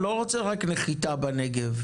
אני לא רוצה רק נחיתה בנגב,